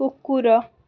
କୁକୁର